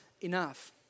enough